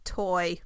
toy